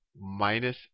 minus